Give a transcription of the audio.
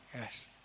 Yes